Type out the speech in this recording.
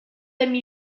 amie